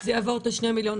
זה יעבור את שני מיליון.